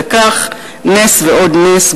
וכך נס ועוד נס,